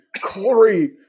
Corey